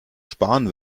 sparen